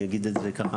אני אגיד את זה ככה.